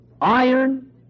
iron